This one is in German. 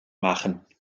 machen